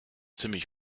ziemlich